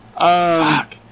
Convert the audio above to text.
Fuck